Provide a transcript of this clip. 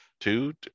two